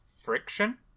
friction